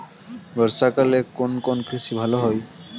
বর্ষা কালে কোন কোন কৃষি ভালো হয়?